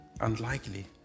unlikely